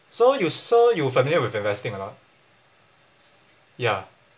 so you so you familiar with investing or not ya